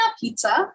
pizza